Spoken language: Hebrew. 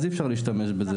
אז אי אפשר להשתמש בזה.